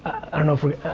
i don't know if we,